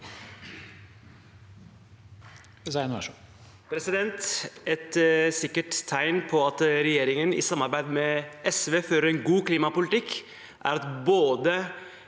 Et sikkert tegn på at regjeringen i samarbeid med SV fører en god klimapolitikk, er at både